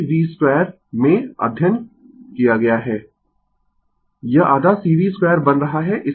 इसी तरह capacitive circuit के लिए लेकिन विशुद्ध इंडक्टिव सर्किट में ऊर्जा यह होगी आधा L Im2 और कैपेसिटिव के लिए 1